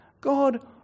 God